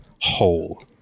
Whole